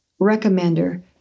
recommender